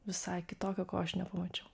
visai kitokio ko aš nepamačiau